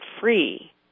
free